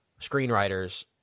screenwriters